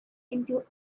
into